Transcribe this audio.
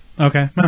Okay